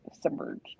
submerged